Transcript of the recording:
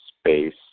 space